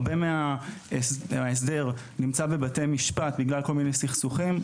הרבה מההסדר נמצא בבתי משפט בגלל כל מיני סכסוכים.